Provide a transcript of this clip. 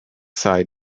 side